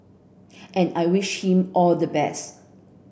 and I wish him all the best